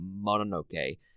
Mononoke